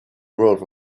world